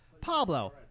Pablo